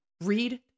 read